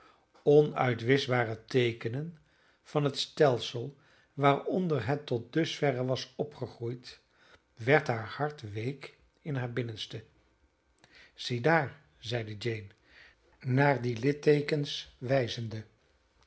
onuitwischbare teekenen van het stelsel waaronder het tot dusverre was opgegroeid werd haar hart week in haar binnenste ziedaar zeide jane naar die litteekens wijzende